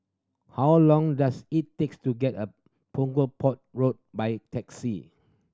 how long does it takes to get a Punggol Port Road by taxi